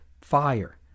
fire